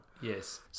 Yes